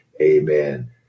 Amen